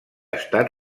estat